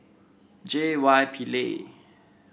J Y Pillay